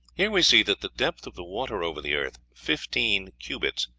here we see that the depth of the water over the earth, fifteen cubits,